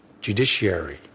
judiciary